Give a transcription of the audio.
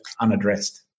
unaddressed